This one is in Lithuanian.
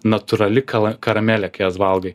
natūrali kala karamelė kai jas valgai